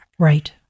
Right